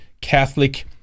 Catholic